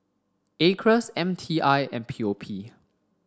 Acres M T I and P O P